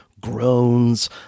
groans